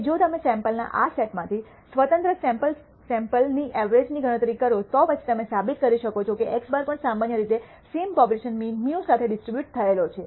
અને જો તમે સૈમ્પલના આ સેટમાંથીસ્વતંત્ર સૈમ્પલ સૈમ્પલની ઐવ્રજ ની ગણતરી કરો તો પછી તમે સાબિત કરી શકો છો કે x̅ પણ સામાન્ય રીતે સેમ પોપ્યુલેશન મીન μ સાથે ડિસ્ટ્રીબ્યુટ થએલો છે